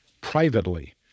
privately